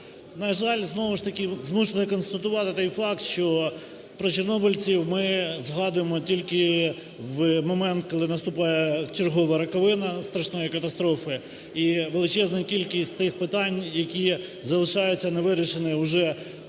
На жаль, знову ж таки, змушений констатувати той факт, що про чорнобильців ми згадуємо тільки в момент, коли наступає чергова роковина страшної катастрофи, і величезна кількість тих питань, які залишаються невирішеними вже багато